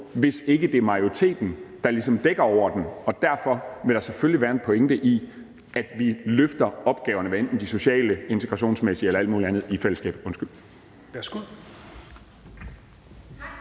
hvis ikke det er majoriteten, der ligesom dækker over den. Derfor vil der selvfølgelig være en pointe i, at vi løfter opgaverne, hvad enten de er sociale, integrationsmæssige eller alt muligt andet, i fællesskab. Kl.